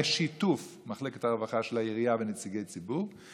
בשיתוף מחלקת הרווחה של העירייה ונציגי ציבור.